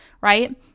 right